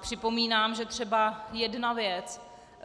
Připomínám, že třeba jedna věc,